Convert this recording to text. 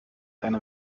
eine